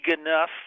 enough